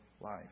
life